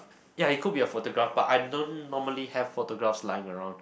ya it could be a photograph but I don't normally have photographs lying around